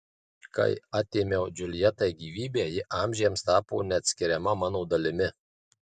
kai atėmiau džiuljetai gyvybę ji amžiams tapo neatskiriama mano dalimi